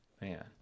man